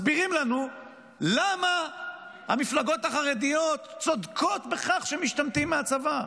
מסבירים לנו למה המפלגות החרדיות צודקות בכך שמשתמטים מהצבא.